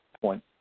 point